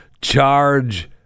charge